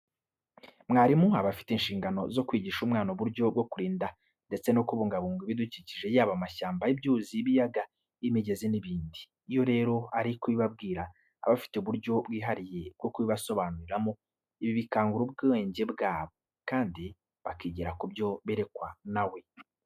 Mwarimu aba afite inshingano zo kwigisha umwana uburyo bwo kurinda ndetse no kubungabunga ibidukikije yaba amashyamba, ibyuzi, ibiyaga, imigezi n'ibindi. Iyo rero ari kubibabwira aba afite uburyo bwihariye bwo kubibasobanuriramo. Ibi bikangura ubwenge bwabo, kandi bakigira ku byo berekwa na we.